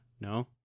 no